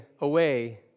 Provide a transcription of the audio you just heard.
away